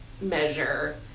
measure